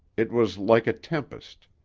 it was like a tempest.